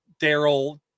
daryl